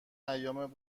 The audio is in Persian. ایام